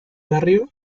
barrio